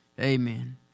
Amen